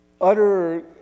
utter